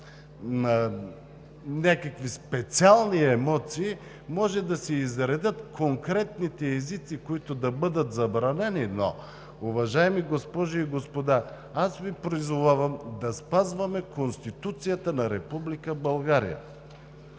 някакви специални емоции, може да се изредят конкретните езици, които да бъдат забранени. Но, уважаеми госпожи и господа, аз Ви призовавам да спазваме Конституцията на Република България